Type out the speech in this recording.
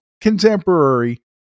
contemporary